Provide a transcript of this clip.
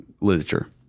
literature